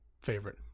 favorite